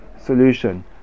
solution